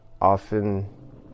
often